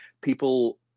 people